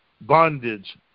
bondage